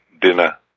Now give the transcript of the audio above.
dinner